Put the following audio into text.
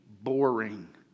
boring